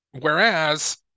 Whereas